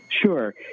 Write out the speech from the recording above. Sure